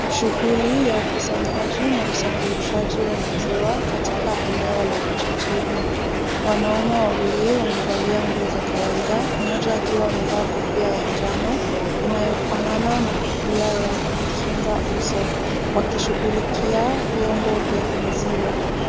Shughuli ya ukusanyaji na usafirishaji wa maziwa katika eneo la vijijini. Wanaume wawili wamevalia nguo za kawaida, mmoja akiwa amevaa kofia ya njano, inayofanana na kofia ya kukinga uso, wakishughulikia vyombo vya maziwa.